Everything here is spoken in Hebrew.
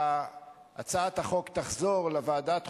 והצעת החוק תחזור לוועדת החוקה,